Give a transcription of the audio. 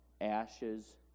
ashes